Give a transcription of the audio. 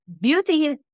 beauty